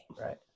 right